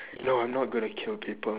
no I'm not gonna kill people